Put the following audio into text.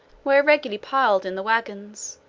were irregularly piled in the wagons,